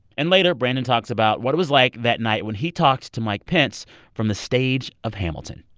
and later, brandon talks about what it was like that night when he talked to mike pence from the stage of hamilton.